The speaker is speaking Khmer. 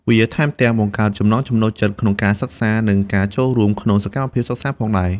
វាថែមទាំងបង្កើតចំណង់ចំណូលចិត្តក្នុងការសិក្សា និងការចូលរួមក្នុងសកម្មភាពសិក្សាផងដែរ។